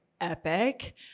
epic